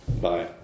Bye